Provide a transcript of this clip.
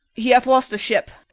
he hath lost a ship.